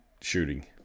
shooting